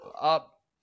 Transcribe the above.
up